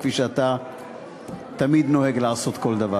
כפי שאתה תמיד נוהג לעשות כל דבר.